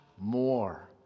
more